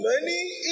money